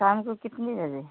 शाम को कितने बजे